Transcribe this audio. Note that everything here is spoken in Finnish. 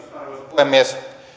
puhemies